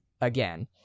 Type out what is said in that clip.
again